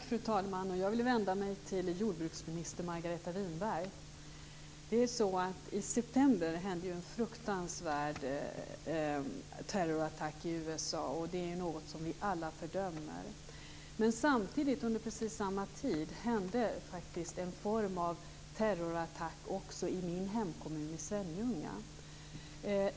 Fru talman! Jag vänder mig till jordbruksminister I september hände ju en fruktansvärd terrorattack i USA. Det är något som vi alla fördömer. Under precis samma tid hände faktiskt en form av terrorattack också i min hemkommun i Svenljunga.